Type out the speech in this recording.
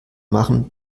machen